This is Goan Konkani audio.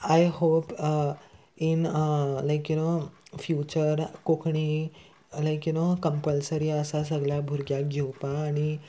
I hope in like you know future Konkani like you know compulsory आसा सगळ्या भुरग्यांक घेवपा आनी